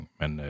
men